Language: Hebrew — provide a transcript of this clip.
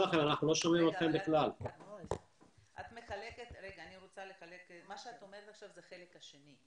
מה שאת אומרת זה החלק השני.